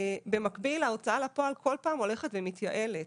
במקביל, ההוצאה לפועל כל פעם הולכת ומתייעלת.